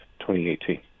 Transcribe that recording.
2018